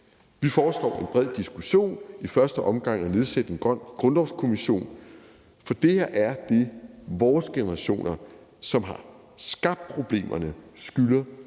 Vi foreslår en bred diskussion, i første omgang at nedsætte en grøn grundlovskommission, for det her er det, vores generationer, som har skabt problemerne, skylder